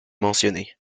mentionné